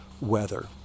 weather